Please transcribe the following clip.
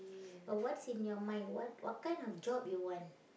but what's in your mind what what kind of job you want